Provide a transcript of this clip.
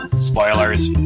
Spoilers